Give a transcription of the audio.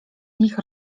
nich